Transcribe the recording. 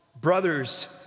brothers